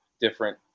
different